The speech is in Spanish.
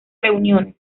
reuniones